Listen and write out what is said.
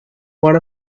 one